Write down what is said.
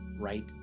right